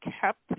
kept